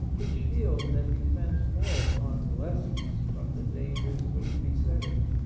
it shields and defends moral convalescence from the dangers which beset it.